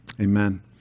Amen